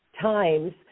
times